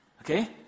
okay